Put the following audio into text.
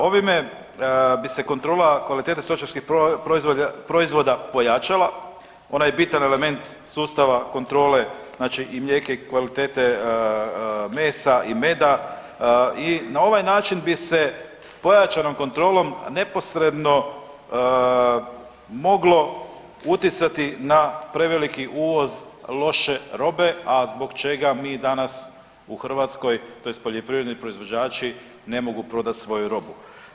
Ovime bi se kontrola kvalitete stočarskih proizvoda pojačala, ona je bitan element sustava kontrole znači i ... i kvalitete mesa i meda i na ovaj način bi se pojačanom kontrolom neposredno moglo utjecati na preveliki uvoz loše robe, a zbog čega mi danas u Hrvatskoj, tj. poljoprivredni proizvođači ne mogu prodati svoju robu.